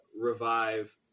revive